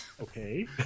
Okay